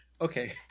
Okay